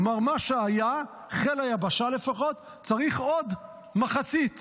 כלומר, מה שהיה, חיל היבשה לפחות צריך עוד מחצית.